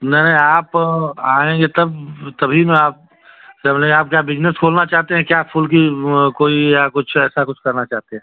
नहीं आप आएँगे तब तभी ना आप पहले आप क्या बिजनेस खोलना चाहते है क्या फूल की कोई या कुछ ऐसा कुछ करना चाहते है